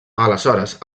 aleshores